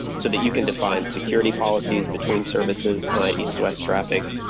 so that you can define security policies between services on a east-west traffic,